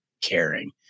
caring